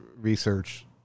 research